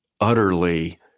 utterly